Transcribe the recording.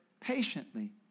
patiently